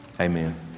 Amen